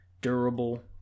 durable